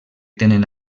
tenen